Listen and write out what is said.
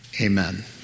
Amen